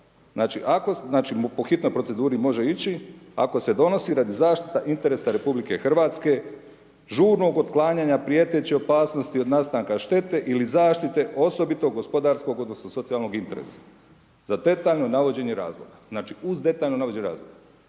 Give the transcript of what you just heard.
znači, po hitnoj proceduri može ići, ako se donosi radi zaštite interesa RH, žurnog otklanjanja prijeteće opasnosti od nastanka štete ili zaštite osobitog gospodarskog odnosno, socijalnog interesa. Za …/Govornik se ne razumije./… navođen je razlog, znači uz detaljno navođenje razloga.